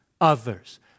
others